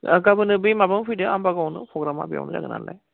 गाबोनो बै माबायाव फैदो आम्बागावनो प्रग्रामा बेयावनो जागोन नालाय